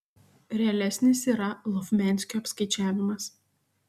realesnis yra lovmianskio apskaičiavimas